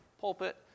pulpit